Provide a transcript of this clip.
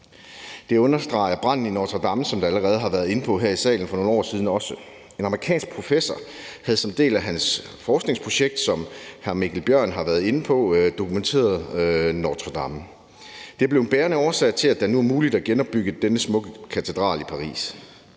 Det understreger branden i Notre-Dame for nogle år siden, som man allerede har været inde på her i salen, også. En amerikansk professor havde som en del af sit forskningsprojekt, som hr. Mikkel Bjørn også har været inde på, dokumenteret Notre-Dame, og det blev en bærende årsag til, at det nu er muligt at genopbygge denne smukke katedral i Paris.